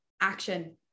action